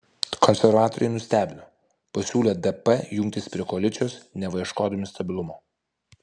konservatoriai nustebino pasiūlę dp jungtis prie koalicijos neva ieškodami stabilumo